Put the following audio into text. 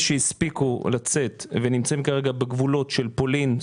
שהספיקו לצאת ונמצאים כרגע בגבולות של פולין,